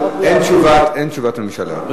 אין תשובת ממשלה,